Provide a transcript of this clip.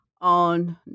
on